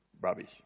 rubbish